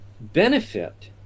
benefit